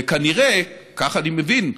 וכנראה, כך אני מבין,